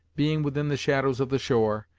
being within the shadows of the shore,